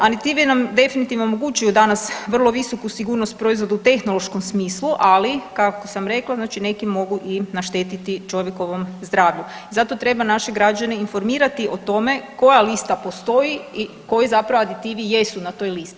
Aditivi nam definitivno omogućuju danas vrlo visoku sigurnost proizvoda u tehnološkom smislu, ali kako sam rekla znači neki mogu naštetiti i čovjekovom zdravlju i zato treba naše građane informirati o tome koja lista postoji i koji zapravo aditivi jesu na toj listi.